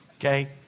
okay